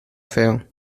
feo